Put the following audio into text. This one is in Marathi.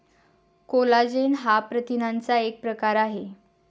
कोलाजेन हा प्रथिनांचा एक प्रकार आहे